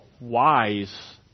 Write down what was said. wise